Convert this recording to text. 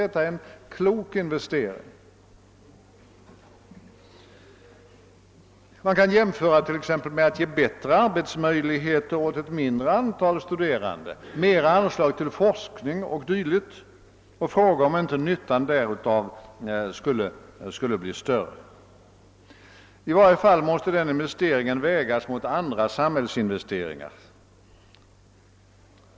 Detta bör vägas mot åtgärder för att ge bättre arbetsmöjligheter åt ett mindre antal studerande, större anslag till forskning och dylikt. Man bör fråga sig om inte nyttan av sådana åtgärder skulle bli större. I varje fall måste denna investering vägas mot andra samhällsinvesteringar.